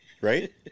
Right